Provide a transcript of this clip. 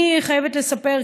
אני חייבת לספר,